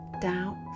Doubt